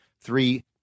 three